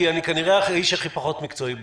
אני כנראה האיש הכי פחות מקצועי בחדר,